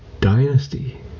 dynasty